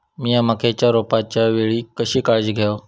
मीया मक्याच्या रोपाच्या वेळी कशी काळजी घेव?